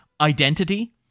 Identity